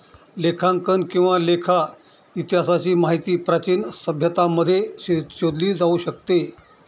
लेखांकन किंवा लेखा इतिहासाची माहिती प्राचीन सभ्यतांमध्ये शोधली जाऊ शकते